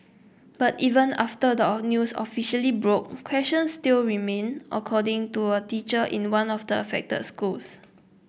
but even after the news officially broke questions still remain according to a teacher in one of the affected schools